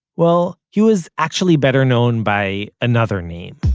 well, he was actually better known by another name